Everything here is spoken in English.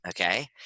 Okay